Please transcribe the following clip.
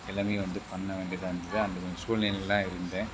எல்லாமே வந்து பண்ண வேண்டியதாயிருந்தது அந்த மாரி சூழ்நிலையில் தான் இருந்தேன்